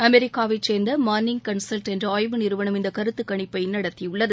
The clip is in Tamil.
அமெரிக்காவைச் சேர்ந்த மார்னிங் கன்சல்ட் என்ற ஆய்வு நிறுவனம் இந்த கருத்து கணிப்பை நடத்தியது